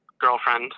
girlfriend